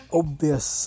obvious